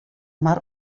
mar